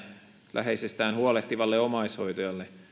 läheisestään huolehtivalle omaishoitajalle